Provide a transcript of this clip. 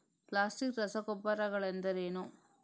Plastic ರಸಗೊಬ್ಬರಗಳೆಂದರೇನು?